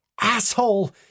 Asshole